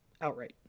Outright